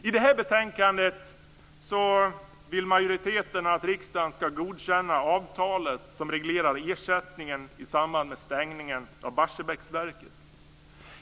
I detta betänkande vill majoriteten att riksdagen ska godkänna avtalet som reglerar ersättningen i samband med stängningen av Barsebäcksverket.